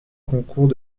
concours